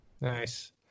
nice